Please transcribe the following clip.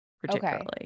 particularly